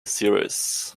series